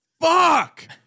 Fuck